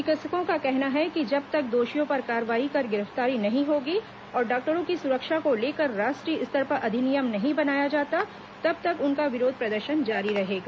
चिकित्सकों का कहना है कि जब तक दोषियों पर कार्रवाई कर गिरफ्तारी नहीं होगी और डॉक्टरों की सुरक्षा को लेकर राष्ट्रीय स्तर पर अधिनियम नहीं बनाया जाता है तब तक उनका यह विरोध प्रदर्शन जारी रहेगा